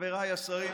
חבריי השרים,